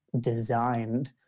designed